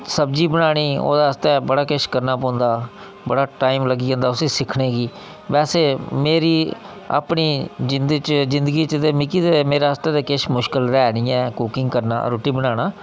सब्जी बनानी ओह्दे आस्तै बड़ा किश करना पौंदा बड़ा टाईम लग्गी जंदा उसी सिक्खने गी बैसे मेरी अपनी जिंद जिंदगी च मिगी ते मेरे आस्तै ते किश मुश्कल ते ऐ निं ऐ कुकिंग करना रुट्टी बनाना